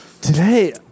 today